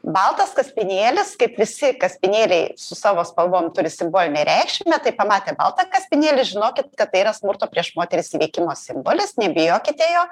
baltas kaspinėlis kaip visi kaspinėliai su savo spalvom turi simbolinę reikšmę tai pamatę baltą kaspinėlį žinokit kad tai yra smurto prieš moteris įveikimo simbolis nebijokite jo